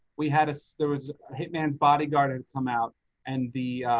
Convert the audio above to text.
we had so there was hitman's bodyguard and come out and the,